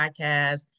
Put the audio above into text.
podcast